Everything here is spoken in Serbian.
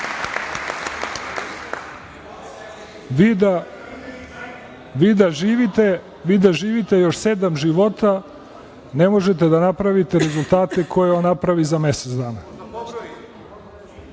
Vi da živite još sedam života, ne možete da napravite rezultate koje on napravi za mesec dana.